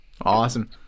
Awesome